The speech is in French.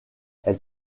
elle